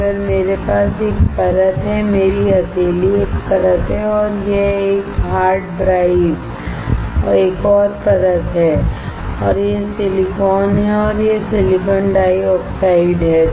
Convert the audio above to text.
अगर मेरे पास एक परत है मेरी हथेली एक परत है और यह हार्ड ड्राइव एक और परत है और यह सिलिकॉन है और यह सिलिकॉन डाइऑक्साइड है